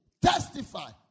testify